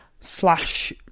slash